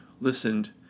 listened